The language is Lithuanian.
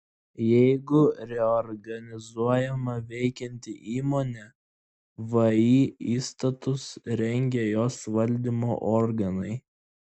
jeigu reorganizuojama veikianti įmonė vį įstatus rengia jos valdymo organai